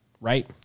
Right